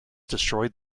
destroyed